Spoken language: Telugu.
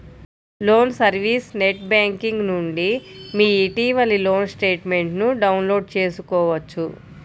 లోన్ సర్వీస్ నెట్ బ్యేంకింగ్ నుండి మీ ఇటీవలి లోన్ స్టేట్మెంట్ను డౌన్లోడ్ చేసుకోవచ్చు